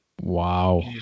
Wow